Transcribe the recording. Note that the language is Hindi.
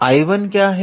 और 𝐼1 क्या है